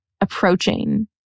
approaching